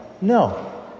No